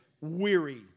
weary